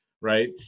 right